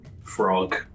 frog